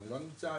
אני לא נמצא היום,